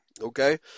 okay